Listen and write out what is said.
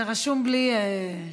זה רשום בלי,